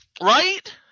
Right